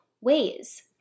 ways